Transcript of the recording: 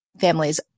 families